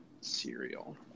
cereal